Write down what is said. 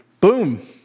Boom